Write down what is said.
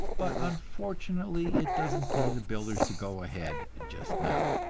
but unfortunately it doesn't pay the builders to go ahead just now.